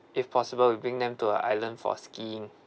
if possible we'll bring them to a island for skiing